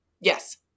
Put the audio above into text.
Yes